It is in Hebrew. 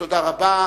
תודה רבה.